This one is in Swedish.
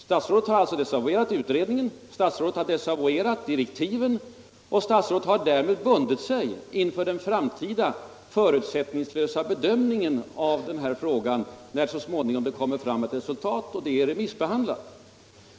Statsrådet har alltså desavouerat utredningen och desavouerat direktiven, och statsrådet har därmed bundit sig inför den framtida förutsättningslösa bedömningen av frågan när det så småningom kommer fram ett resultat och det är remissbehandlat.